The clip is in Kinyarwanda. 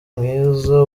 mwiza